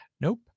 Nope